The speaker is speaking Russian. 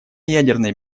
ядерной